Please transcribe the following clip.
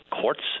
courts